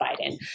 biden